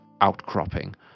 outcropping